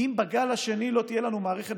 כי אם בגל השני לא תהיה לנו מערכת